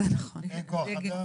אין כוח אדם.